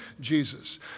Jesus